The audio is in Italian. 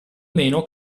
meno